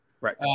Right